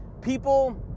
people